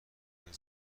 زمین